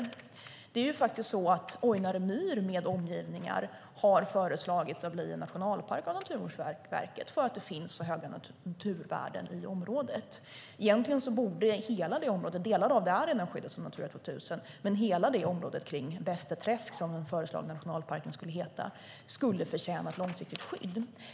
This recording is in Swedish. Naturvårdsverket har ju föreslagit att Ojnare myr med omgivningar ska bli en nationalpark därför att det finns så höga naturvärden i området. Delar av det är redan skyddade som Natura 2000, men hela området kring Bästeträsk, som den föreslagna nationalparken skulle heta, förtjänar ett långsiktigt skydd.